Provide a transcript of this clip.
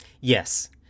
Yes